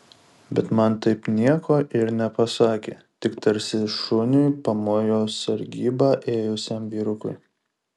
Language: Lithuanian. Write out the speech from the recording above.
bet man taip nieko ir nepasakė tik tarsi šuniui pamojo sargybą ėjusiam vyrukui